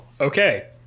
Okay